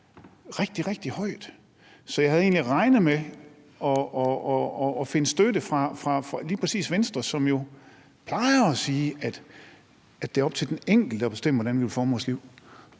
rigtig, rigtig højt. Så jeg havde egentlig regnet med at finde støtte fra lige præcis Venstre, som jo plejer at sige, at det er op til den enkelte at bestemme, hvordan man vil forme sit liv.